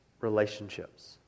relationships